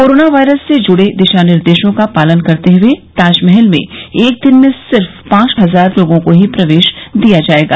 corona virus से जुड़े दिशा निर्देशों का पालन करते हुए ताजमहल में एक दिन में सिर्फ पांच हजार लोगों को ही प्रवेश दिया जाएगा